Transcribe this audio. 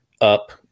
up